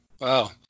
Wow